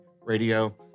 Radio